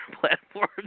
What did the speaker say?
platforms